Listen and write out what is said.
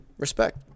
Respect